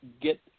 get